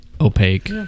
opaque